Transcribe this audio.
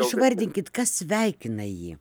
išvardinkit kas sveikina jį